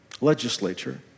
legislature